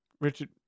Richard